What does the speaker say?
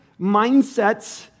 mindsets